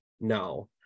no